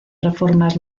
reformas